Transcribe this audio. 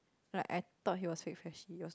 like I thought he was fake freshie